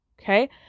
Okay